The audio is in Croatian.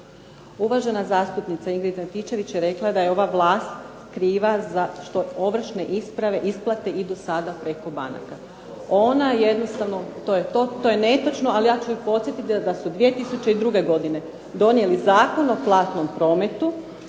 Uvažena zastupnica Ingrid Antičević je rekla da je ova vlast kriva što ovršne isprave, isplate idu sada preko banaka. Ona jednostavno to je netočno ali ja ću ih podsjetiti da su 2002. godine donijeli Zakon o platnom prometu